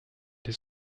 his